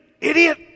idiot